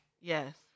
Yes